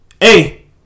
Hey